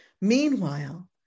Meanwhile